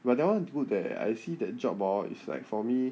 but that one is good tha~ I see that job orh is like for me